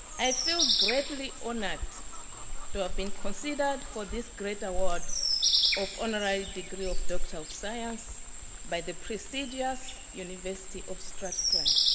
i feel greatly honoured to have been considered for this great award of honourary degree of doctor of science by the prestigious university of strathclyde.